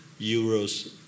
euros